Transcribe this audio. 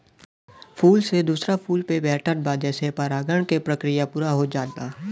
फूल से दूसरा फूल पे बैठत बा जेसे परागण के प्रक्रिया पूरा हो जात बा